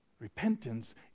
Repentance